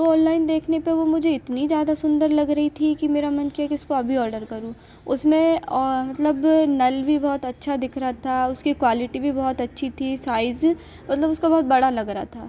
तो ऑनलाइन देखने पर वो मुझे इतनी ज्यादा सुंदर लग रही थी कि मेरा मन किया कि इसको अभी ऑर्डर करूँ उसमें मतलब नल भी बहुत अच्छा दिख रहा था उसकी क्वालिटी भी बहुत अच्छी थी साइज़ मतलब उसका बहुत बड़ा लग रहा था